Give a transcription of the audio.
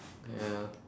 ya